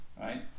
Right